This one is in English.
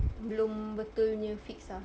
belum betul punya fixed ah